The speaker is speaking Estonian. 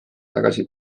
tagasi